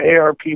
ARP